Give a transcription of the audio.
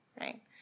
right